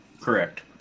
Correct